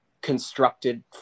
constructed